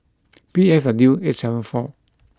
P F W eight seven four